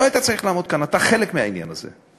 לא היית צריך לעמוד כאן, אתה חלק מהעניין הזה.